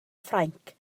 ffrainc